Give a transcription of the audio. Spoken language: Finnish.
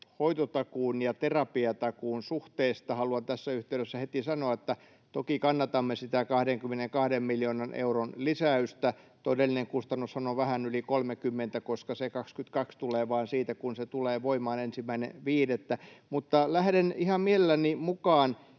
hoitotakuun ja terapiatakuun suhteesta. Haluan tässä yhteydessä heti sanoa, että toki kannatamme sitä 22 miljoonan euron lisäystä. Todellinen kustannushan on vähän yli 30, koska se 22 tulee vain siitä, kun se tulee voimaan 1.5. Mutta lähden ihan mielelläni mukaan